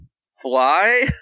Fly